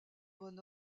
bon